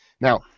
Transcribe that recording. Now